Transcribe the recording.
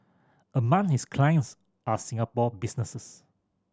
among his clients are Singapore businesses